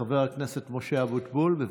חבר הכנסת משה אבוטבול, בבקשה.